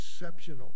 exceptional